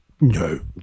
no